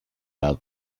out